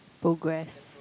progress